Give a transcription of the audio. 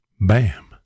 bam